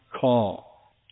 call